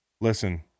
Listen